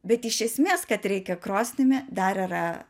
bet iš esmės kad reikia krosnimi dar yra